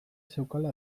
zeukala